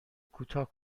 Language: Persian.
کوتاه